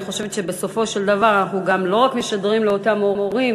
אני חושבת שבסופו של דבר אנחנו לא רק משדרים לאותם הורים